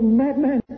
madman